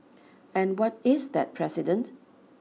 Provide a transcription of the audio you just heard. and what is that precedent